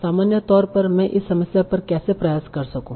सामान्य तौर पर मैं इस समस्या पर कैसे प्रयास कर सकता हूं